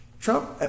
Trump